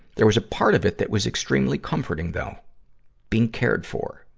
there was a part of it that was extremely comforting though being cared for,